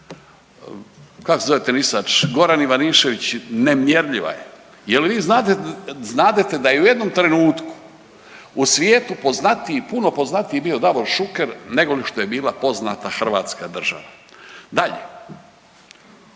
kako se zove tenisač, Goran Ivanišević, nemjerljiva je. Jel vi znadete da je u jednom trenutku u svijetu poznatiji, puno poznatiji bio Davor Šuker negoli što je bila poznata hrvatska država? Dalje,